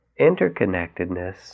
Interconnectedness